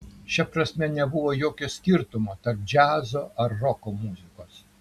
šia prasme nebuvo jokio skirtumo tarp džiazo ar roko muzikos